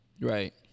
Right